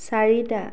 চাৰিটা